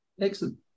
Excellent